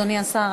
אדוני השר,